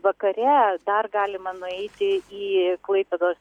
vakare dar galima nueiti į klaipėdos